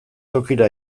tokira